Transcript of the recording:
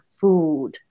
food